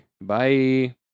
Bye